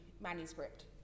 manuscript